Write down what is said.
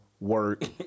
Work